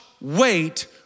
wait